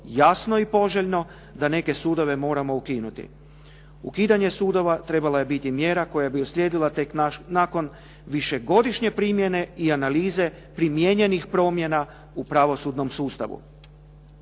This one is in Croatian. jasno i poželjno da neke sudove moramo ukinuti. Ukidanje sudova trebala je biti mjera koja bi uslijedila tek nakon višegodišnje primjene i analize primijenjenih promjena u pravosudnom sustavu.